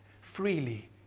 Freely